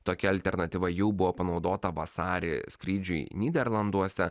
tokia alternatyva jau buvo panaudota vasarį skrydžiui nyderlanduose